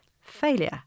failure